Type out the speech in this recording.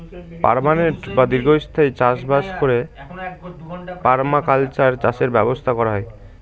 permanent বা দীর্ঘস্থায়ী চাষ বাস করে পারমাকালচার চাষের ব্যবস্থা করা হয়